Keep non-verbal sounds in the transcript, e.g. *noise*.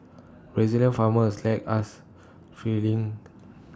*noise* Brazilian farmers lack us feeling *noise*